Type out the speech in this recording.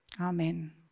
amen